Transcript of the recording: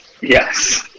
Yes